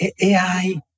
AI